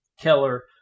Keller